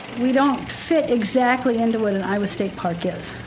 we don't fit exactly into where the iowa state park is.